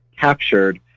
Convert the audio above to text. captured